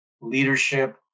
leadership